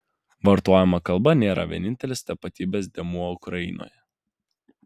vartojama kalba nėra vienintelis tapatybės dėmuo ukrainoje